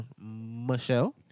Michelle